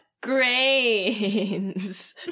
Grains